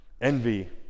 envy